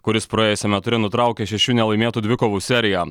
kuris praėjusiame ture nutraukė šešių nelaimėtų dvikovų seriją